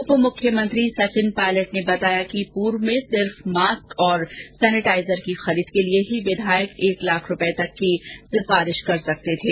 उप मुख्यमंत्री सचिन पायलट ने बताया कि पूर्व में सिर्फ मास्क और सेनेटाइजर की खरीद के लिए ही विधायक एक लाख रूपये तक की अनुशंषा कर सकते थे